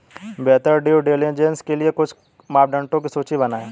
बेहतर due diligence के लिए कुछ मापदंडों की सूची बनाएं?